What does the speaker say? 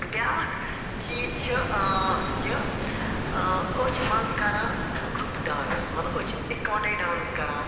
بیٚاکھ چیٖز چھُ إں یہِ إں أسۍ چھِ منٛزٕ کران گرٛوپ ڈانَس مطلب أسۍ چھِ اِکوۄٹٔے ڈانَس کران